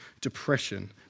depression